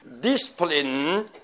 Discipline